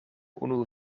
unu